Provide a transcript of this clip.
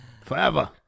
forever